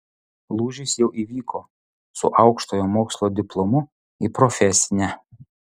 lūžis jau įvyko su aukštojo mokslo diplomu į profesinę